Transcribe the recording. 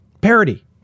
Parody